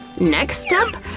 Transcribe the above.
next step?